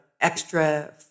extra